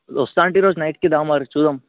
వస్తాను అంటే ఈరోజు నైట్కి రా మరి చూద్దాం